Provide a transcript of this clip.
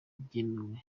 byemewe